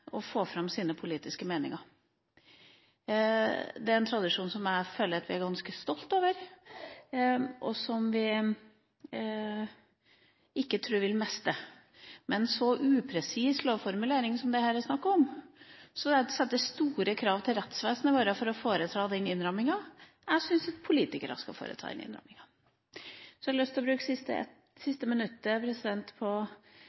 få fram sine politiske meninger. Det er en tradisjon jeg oppfatter at vi er ganske stolt av, og som jeg ikke tror vi vil miste. En så upresis lovformulering som det her er snakk om, setter store krav til rettsvesenet vårt til å forta den innrammingen. Jeg syns det er politikerne som skal foreta den innrammingen. Så har jeg lyst til å bruke det siste